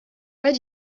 where